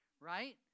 right